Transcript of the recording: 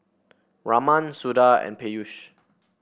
Raman Suda and Peyush